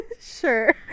Sure